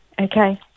Okay